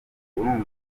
urumva